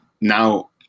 now